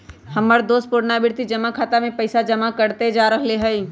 हमर दोस पुरनावृति जमा खता में पइसा जमा करइते जा रहल हइ